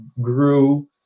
grew